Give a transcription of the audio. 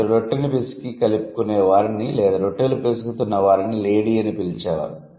కాబట్టి రొట్టెని పిసికి కలుపుకునే వారిని లేదా రొట్టెలు పిసుకుతున్న వారిని 'లేడీ' అని పిలిచే వారు